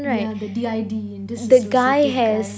yeah the D_I_D dissociative guy